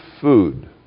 food